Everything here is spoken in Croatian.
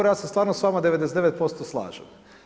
Ja se stvarno s vama 99% slažem.